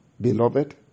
Beloved